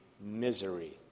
misery